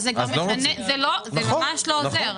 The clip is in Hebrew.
זה ממש לא עוזר.